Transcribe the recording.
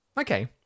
Okay